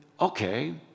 okay